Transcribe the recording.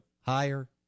higher